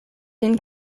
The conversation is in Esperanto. lin